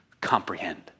comprehend